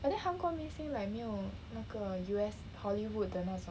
but then 韩国明星 like 没有那个 U_S hollywood 的那种